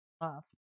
love